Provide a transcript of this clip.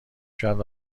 کرد